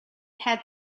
had